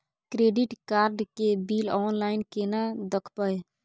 Credit card के bill online केना देखबय?